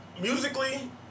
Musically